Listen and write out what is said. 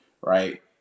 right